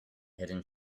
hidden